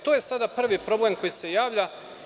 To je sada prvi problem koji se javlja.